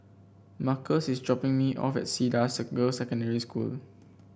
Markus is dropping me off at Cedar the Girls' Secondary School